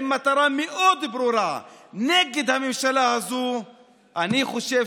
עם מטרה מאוד ברורה נגד הממשלה הזאת אני חושב